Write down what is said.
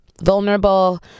vulnerable